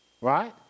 Right